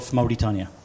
Mauritania